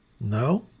No